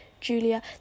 Julia